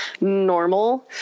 normal